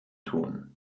tun